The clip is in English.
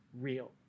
real